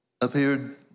appeared